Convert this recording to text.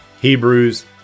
Hebrews